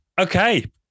okay